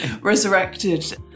resurrected